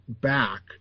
back